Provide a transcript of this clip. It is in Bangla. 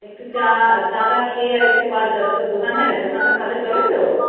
একটু চা চা টা খেয়ে আর একটু পানটা তোর দোকান হ্যাঁ রে দোকানটা ভালো চলে তো